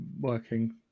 working